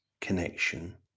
connection